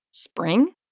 Spring